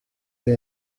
ari